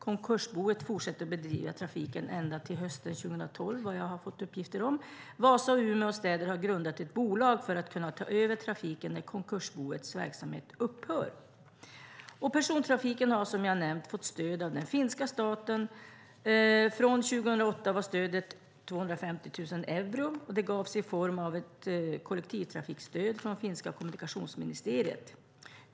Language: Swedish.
Konkursboet fortsätter att bedriva trafiken ända till hösten 2012, har jag fått uppgifter om. Vasa och Umeå städer har grundat ett bolag för att kunna ta över trafiken när konkursboets verksamhet upphör. Persontrafiken har, som jag har nämnt, fått stöd av den finska staten. Från 2008 var stödet 250 000 euro, och det gavs i form av ett kollektivtrafikstöd från finska kommunikationsministeriet.